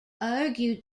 argued